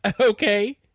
Okay